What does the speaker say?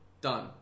Done